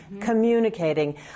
Communicating